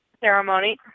Ceremony